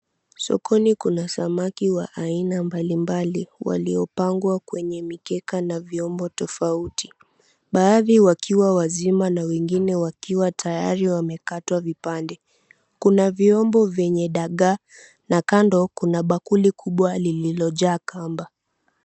Sokoni kuna samaki wa aina mbali mbali walo panwa kwenye mkeka na vyombo tofauti baadhi wakiwa wazima na wengine tayari wame katwa vipande kuna viombe venye dagaaa na kando kuna bakuli kubwa lilo jaa kamba.